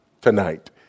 tonight